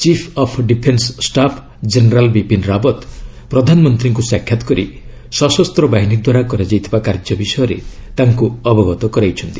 chief of defence staff general Bipin Rawat ପ୍ରଧାନମନ୍ତ୍ରୀଙ୍କୁ ସାକ୍ଷାତ କରି ସଶସ୍ତ ବାହିନୀ ଦ୍ୱାରା କରାଯାଇଥିବା କାର୍ଯ୍ୟ ବିଷୟରେ ତାଙ୍କୁ ଅବଗତ କରିଛନ୍ତି